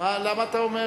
למה אתה אומר?